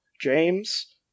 James